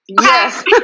Yes